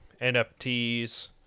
nfts